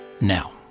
now